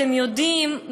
אתם יודעים,